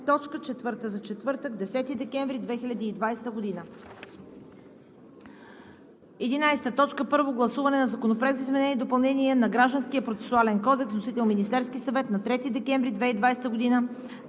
точка четвърта за четвъртък, 10 декември 2020 г. 11. Първо гласуване на Законопроекта за изменение и допълнение на Гражданския процесуален кодекс. Вносител – Министерският съвет на 3 декември 2020 г.